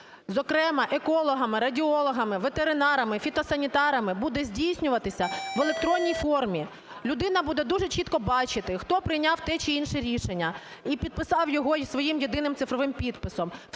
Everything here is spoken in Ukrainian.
зокрема, екологами, радіологами, ветеринарами, фітосанітарами буде здійснюватися в електронні формі. Людина буде дуже чітко бачити, хто прийняв те чи інше рішення і підписав його своїм єдиним цифровим підписом.